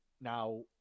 now